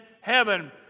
heaven